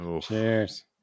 Cheers